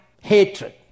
hatred